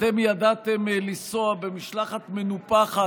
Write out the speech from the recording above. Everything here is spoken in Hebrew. אתם ידעתם לנסוע במשלחת מנופחת,